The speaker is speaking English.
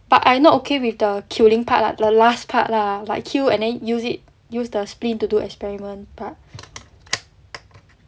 but I not okay with the killing part lah the last part lah like kill and then use it use the spleen to do experiment part